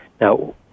Now